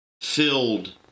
filled